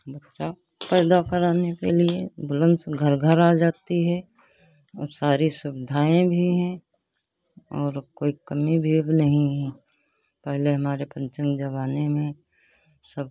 बच्चा पैदा कराने के लिए एम्बुलेंस घर घर आ जाती है और सारे सुविधाएँ भी हैं और कोई कमी भी अब नहीं है पहले हमारे पंचन ज़माने में सब